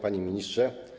Panie Ministrze!